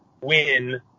win